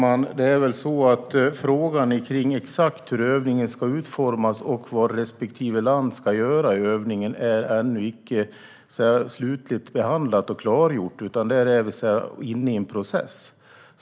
Herr talman! Frågan om exakt hur övningen ska utformas och vad respektive land ska göra är ännu inte slutligt behandlad och klargjord, utan där är vi inne i en process.